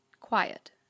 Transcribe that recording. quiet